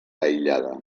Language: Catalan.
aïllada